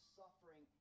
suffering